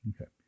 Okay